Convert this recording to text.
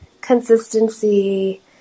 consistency